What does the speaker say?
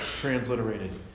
transliterated